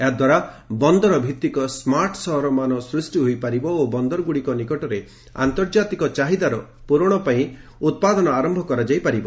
ଏହାଦ୍ୱାରା ବନ୍ଦର ଭିଭିକ ସ୍ମାର୍ଟ୍ ସହର ମାନ ସୃଷ୍ଟି ହୋଇପାରିବ ଓ ବନ୍ଦରଗୁଡ଼ିକ ନିକଟରେ ଆନ୍ତର୍ଜାତିକ ଚାହିଦାର ପୂରଣ ପାଇଁ ଉତ୍ପାଦନ ଆରମ୍ଭ କରାଯାଇ ପାରିବ